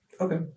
Okay